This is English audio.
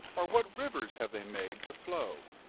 or, what rivers have they made to flow?